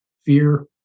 fear